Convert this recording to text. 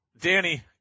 Danny